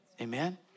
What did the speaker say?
Amen